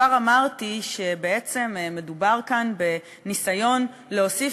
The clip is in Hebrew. כבר אמרתי שמדובר כאן בניסיון להוסיף